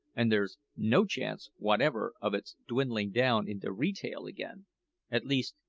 and there's no chance whatever of its dwindling down into re-tail again at least,